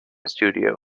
studio